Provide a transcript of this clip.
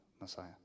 Messiah